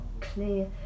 clear